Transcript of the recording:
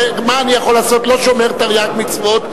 מה אני יכול לעשות, שלא שומר תרי"ג מצוות.